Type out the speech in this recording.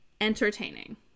entertaining